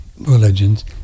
religions